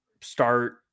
start